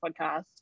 podcast